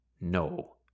no